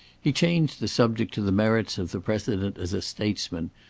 he changed the subject to the merits of the president as a statesman,